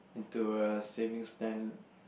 to a savings plan